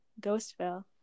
Ghostville